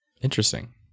interesting